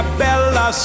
bella